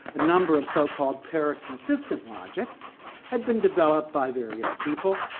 a number of so-called para-consistent logics had been developed by various people,